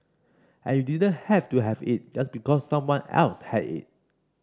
and you didn't have to have it just because someone else had it